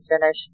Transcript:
finish